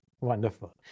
Wonderful